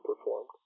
performed